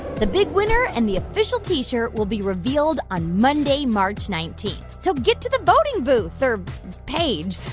the big winner and the official t-shirt will be revealed on monday, march nineteen. so get to the voting booth or page.